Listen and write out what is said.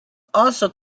also